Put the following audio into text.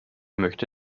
möchte